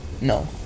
No